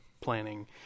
planning